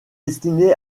destiné